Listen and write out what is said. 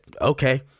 okay